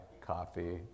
coffee